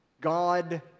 God